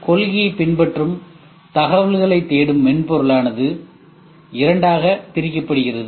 கொள்கையை பின்பற்றும் தகவல்களை தேடும் மென்பொருளானது இரண்டாக பிரிக்கப்படுகிறது